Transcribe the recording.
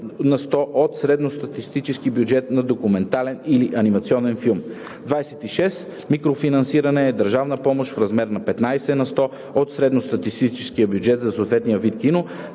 на сто от средностатистическия бюджет на документален или анимационен филм. 26. „Микрофинансиране“ е държавна помощ в размер до 15 на сто от средностатистическия бюджет за съответния вид кино.